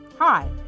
Hi